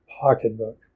pocketbook